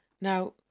Now